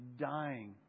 dying